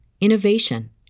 innovation